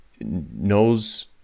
knows